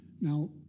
Now